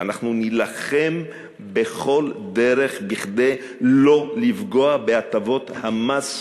שאנחנו נילחם בכל דרך שלא לפגוע בהטבות המס,